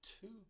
two